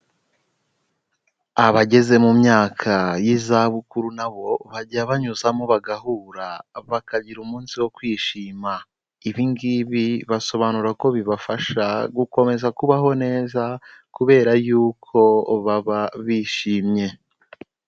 Abageze mu myaka y'izabukuru nabo bajya banyuzamo bagahura bakagira umunsi wo kwishima, ibingibi basobanura ko bibafasha gukomeza kubaho neza kubera y'uko baba bishimye.